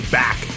back